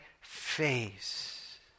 face